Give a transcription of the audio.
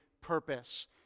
purpose